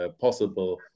possible